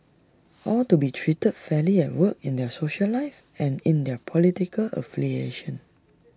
all to be treated fairly at work in their social life and in their political affiliations